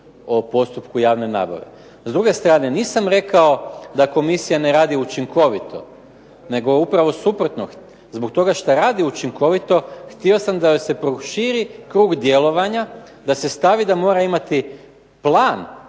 o postupku javne nabave. S druge strane, nisam rekao da komisija ne radi učinkovito nego upravo suprotno, zbog toga što radi učinkovito htio sam da joj se proširi krug djelovanja, da se stavi da mora imati plan